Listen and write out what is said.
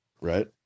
right